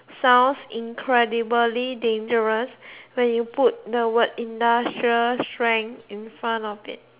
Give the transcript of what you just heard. sounds incredibly dangerous when you put the word industrial strength in front of it